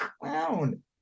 clown